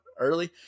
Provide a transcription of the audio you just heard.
early